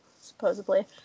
supposedly